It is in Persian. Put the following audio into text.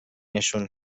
نشون